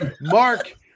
mark